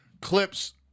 Clips